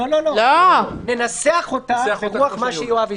לא, ננסח אותה ברוח מה שיואב הציע.